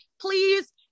please